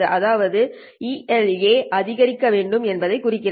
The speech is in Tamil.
அதாவது e αLa அதிகரிக்க வேண்டும் என்பதைக் குறிக்கிறது